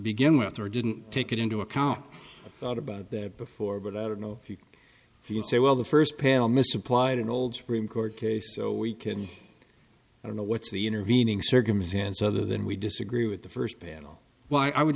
begin with or didn't take it into account thought about that before but i don't know if you if you say well the first panel misapplied an old supreme court case so we can i don't know what's the intervening circumstance other than we disagree with the first panel well i would